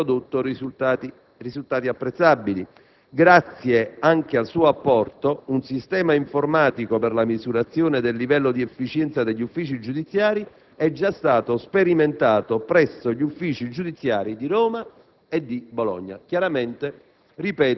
Grazie anche al suo apporto, un sistema informatico per la misurazione del livello di efficienza degli uffici giudiziari è già stato sperimentato presso gli uffici giudiziari di Roma